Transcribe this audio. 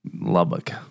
Lubbock